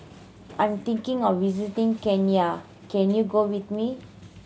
I'm thinking of visiting Kenya can you go with me